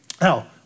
Now